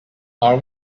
are